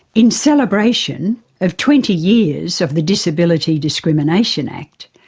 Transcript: in celebration of twenty years of the disability discrimination act,